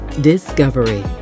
discovery